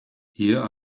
here